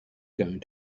going